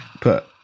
put